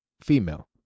female